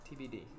TBD